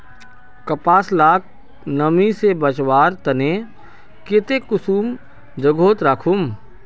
कपास लाक नमी से बचवार केते कुंसम जोगोत राखुम?